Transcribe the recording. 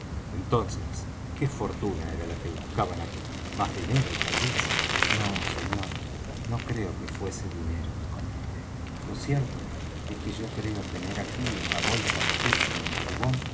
entonces qué fortuna era la que buscaban aquí más dinero tal vez no señor no creo que fuese dinero le contesté lo cierto es que yo creo tener aquí en la bolsa de pecho de mi jubón